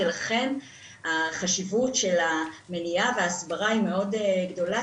ולכן החשיבות של המניעה וההסברה היא מאוד גדולה,